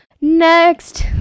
next